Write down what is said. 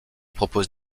propose